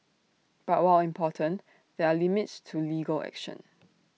but while important there are limits to legal action